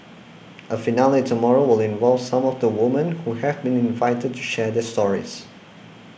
a finale tomorrow will involve some of the women who have been invited to share their stories